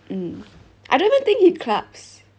mm I don't even think he clubs